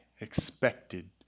expected